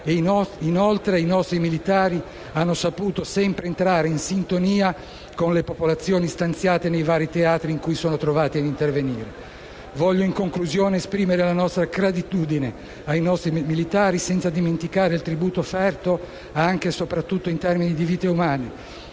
inoltre, i nostri militari hanno saputo sempre entrare in sintonia con le popolazioni stanziate nei vari teatri in cui si sono trovati ad intervenire. In conclusione, voglio esprimere gratitudine ai nostri militari, senza dimenticare il tributo offerto, anche e sopratutto in termini di vite umane,